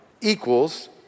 equals